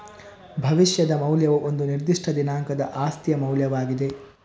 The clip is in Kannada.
ಭವಿಷ್ಯದ ಮೌಲ್ಯವು ಒಂದು ನಿರ್ದಿಷ್ಟ ದಿನಾಂಕದ ಆಸ್ತಿಯ ಮೌಲ್ಯವಾಗಿದೆ